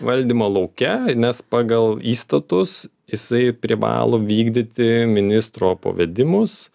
valdymo lauke nes pagal įstatus jisai privalo vykdyti ministro pavedimus